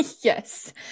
Yes